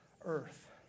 earth